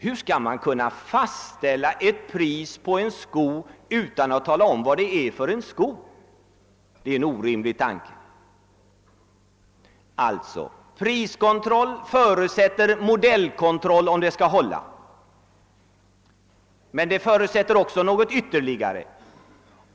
Hur skall man kunna fastställa ett pris på en sko utan att tala om vad det är för en sko? Det är en orimlig tanke. Alltså: Priskontroll förutsätter en modellkontroll. Men den förutsätter också något ytterligare.